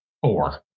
four